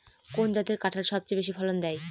কোন জাতের কাঁঠাল সবচেয়ে বেশি ফলন দেয়?